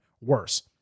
worse